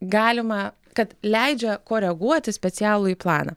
galima kad leidžia koreguoti specialųjį planą